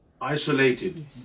isolated